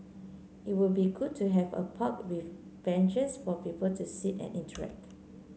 it would be good to have a park with benches for people to sit and interact